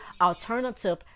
Alternative